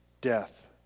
death